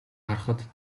харахад